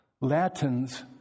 Latins